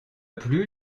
plu